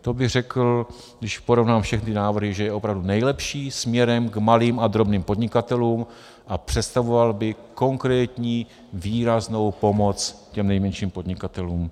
To bych řekl, když porovnám všechny návrhy, že je opravdu nejlepší směrem k malým a drobným podnikatelům a představoval by konkrétní výraznou pomoc těm nejmenším podnikatelům.